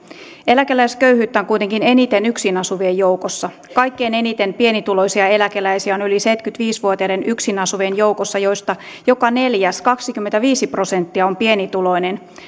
eläkeläisköyhyyttä on kuitenkin eniten yksin asuvien joukossa kaikkein eniten pienituloisia eläkeläisiä on yli seitsemänkymmentäviisi vuotiaiden yksin asuvien joukossa joista joka neljäs kaksikymmentäviisi prosenttia on pienituloinen